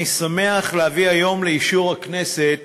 אני שמח להביא לאישור הכנסת